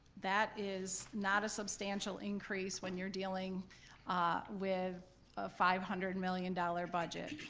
that is not a substantial increase when you're dealing with a five hundred and million dollar budget.